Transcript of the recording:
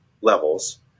levels